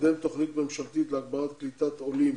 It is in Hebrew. לקדם תוכנית ממשלתית להגברת קליטת עולים